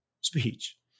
speech